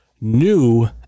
new